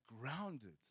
grounded